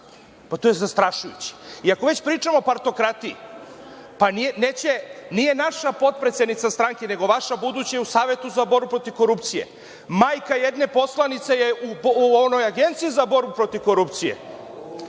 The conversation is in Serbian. Pa, to je zastrašujuće. I, ako već pričamo o partokratiji, pa nije naša potpredsednica stranke nego vaša, buduća u Savetu za borbu protiv korupcije. Majka jedne poslanice je u Agenciji za borbu protiv korupcije.